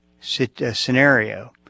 scenario